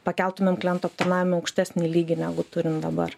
pakeltumėm klientų aptarnavimą į aukštesnį lygį negu turim dabar